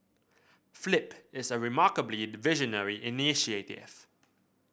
flip is a remarkably visionary initiative